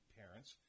parents